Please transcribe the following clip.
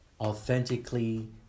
Authentically